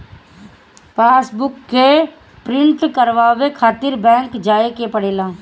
passbook के print करवावे खातिर बैंक जाए के पड़ेला